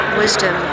wisdom